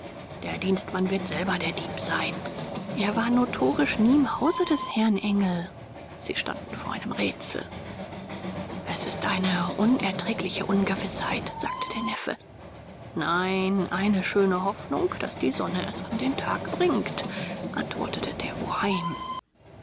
der dienstmann wird selber der dieb sein er war notorisch nie im hause des herrn engel sie standen vor einem rätsel es ist eine unerträgliche ungewißheit sagte der neffe nein eine schöne hoffnung daß die sonne es an den tag bringt antwortete der oheim